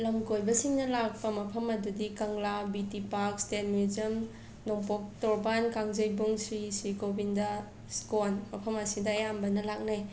ꯂꯝꯀꯣꯏꯕꯁꯤꯡꯅ ꯂꯥꯛꯄ ꯃꯐꯝ ꯑꯗꯨꯗꯤ Kangla B T park state museum Nongpok Torban Kangjeibung Shri Shri Govinda ꯁ꯭ꯀꯣꯟ ꯃꯐꯝ ꯑꯁꯤꯗ ꯑꯌꯥꯝꯕꯅ ꯂꯥꯛꯅꯩ